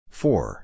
four